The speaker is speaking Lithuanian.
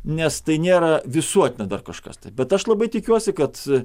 nes tai nėra visuotina dar kažkas bet aš labai tikiuosi kad